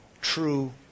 true